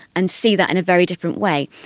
and see that in a very different way.